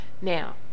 Now